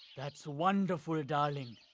that's wonderful, darling.